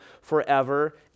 forever